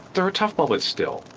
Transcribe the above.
there are tough moments still,